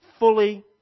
Fully